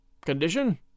Condition